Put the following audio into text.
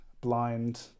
blind